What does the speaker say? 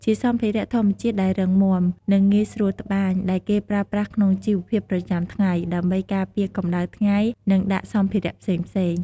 ជាសម្ភារៈធម្មជាតិដែលរឹងមាំ និងងាយស្រួលត្បាញ ដែលគេប្រើប្រាស់ក្នុងជីវភាពប្រចាំថ្ងៃ ដើម្បីការពារកម្ដៅថ្ងៃ និងដាក់សម្ភារៈផ្សេងៗ។